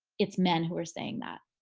it's men who are saying that.